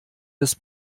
des